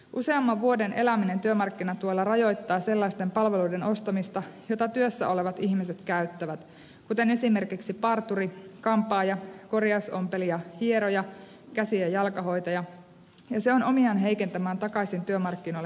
useamman vuoden eläminen työmarkkinatuella rajoittaa sellaisten palveluiden ostamista joita työssä olevat ihmiset käyttävät kuten esimerkiksi parturi kampaaja korjausompelija hieroja käsi ja jalkahoitaja ja se on omiaan heikentämään takaisin työmarkkinoille pääsemistä